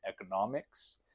economics